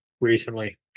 recently